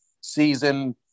season